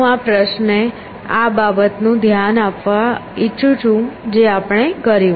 હું આ પ્રશ્ને આ બાબતનું ધ્યાન આપવાનું ઇચ્છું છું જે આપણે કર્યું